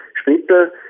später